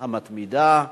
המתמידה,